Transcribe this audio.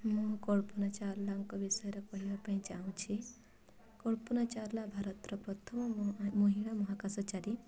ମୁଁ କଳ୍ପନା ଚାୱଲାଙ୍କ ବିଷୟରେ କହିବା ପାଇଁ ଚାହୁଁଛି କଳ୍ପନା ଚାୱଲା ଭାରତର ପ୍ରଥମ ମହିଳା ମହାକାଶଚାରୀ